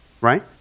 Right